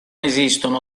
esistono